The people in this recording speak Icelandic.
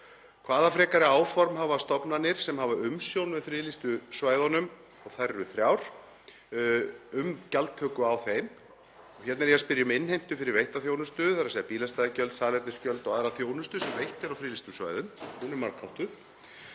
Hvaða frekari áform hafa stofnanir sem hafa umsjón með friðlýstu svæðunum, og þær eru þrjár, um gjaldtöku á þeim? Hérna er ég að spyrja um innheimtu fyrir veitta þjónustu, þ.e. bílastæðagjöld, salernisgjöld og aðra þjónustu sem veitt er á friðlýstum svæðum, hún er margháttuð.